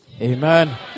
Amen